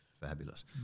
fabulous